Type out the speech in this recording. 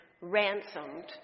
ransomed